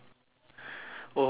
!oi!